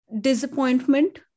disappointment